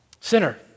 Sinner